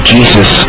Jesus